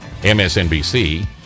MSNBC